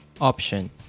option